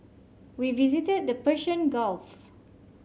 we visited the Persian Gulf